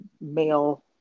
male